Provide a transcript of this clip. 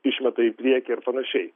išmeta į priekį ir panašiai